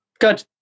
good